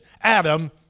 Adam